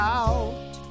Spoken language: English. out